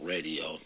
Radio